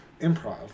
improv